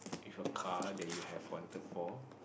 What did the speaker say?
with a car that you have wanted for